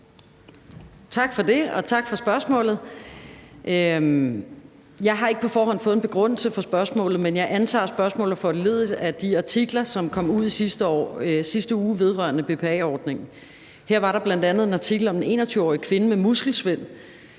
Tak for det, og tak for spørgsmålet. Jeg har ikke på forhånd fået en begrundelse for spørgsmålet, men jeg antager, at spørgsmålet er foranlediget af de artikler, som kom ud i sidste uge, vedrørende BPA-ordningen. Her var der bl.a. en artikel om en 21-årig kvinde med muskelsvind,